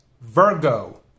Virgo